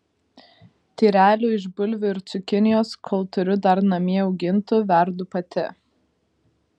tyrelių iš bulvių ir cukinijos kol turiu dar namie augintų verdu pati